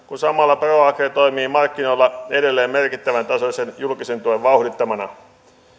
kun samalla proagria toimii markkinoilla edelleen merkittävän tasoisen julkisen tuen vauhdittamana